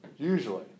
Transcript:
Usually